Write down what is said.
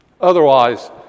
Otherwise